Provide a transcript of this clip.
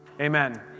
Amen